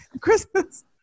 Christmas